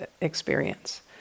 experience